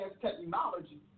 technology